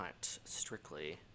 strictly